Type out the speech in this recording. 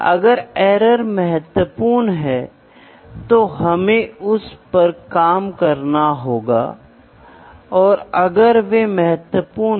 इसलिए यहां यह एक महत्वपूर्ण भूमिका निभाता है माप भी किसी भी नियंत्रण प्रक्रिया का एक मूल तत्व है